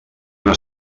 una